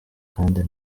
kandi